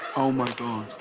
oh, my god.